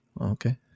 okay